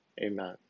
Amen